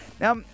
Now